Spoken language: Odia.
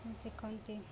ଶିଖନ୍ତି